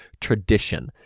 tradition